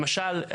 למשל,